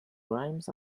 rhymes